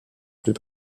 plus